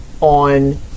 on